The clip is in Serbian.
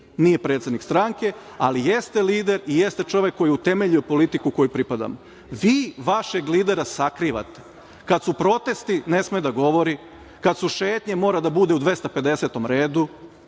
Nije predsednik stranke, ali jeste lider i jeste čovek koji je utemeljio politiku kojoj pripadamo. Vi vašeg lidera sakrivate. Kad su protesti ne sme da govori, kad su šetnje mora da bude u 250. redu,